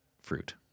fruit